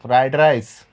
fried rice